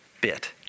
bit